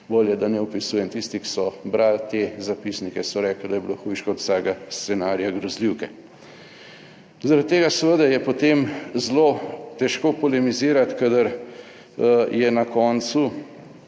bolje, da ne opisujem. Tisti, ki so brali te zapisnike, so rekli, da je bilo hujše, kot od vsakega scenarija grozljivke. Zaradi tega seveda je potem zelo težko polemizirati, kadar je na koncu